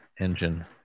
engine